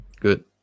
Good